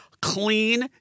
clean